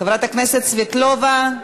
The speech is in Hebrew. חברת הכנסת סבטלובה,